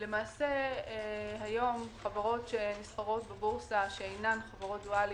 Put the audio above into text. היום חברות שנסחרות בבורסה, שאינן דואליות,